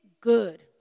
good